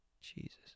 Jesus